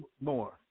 more